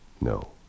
No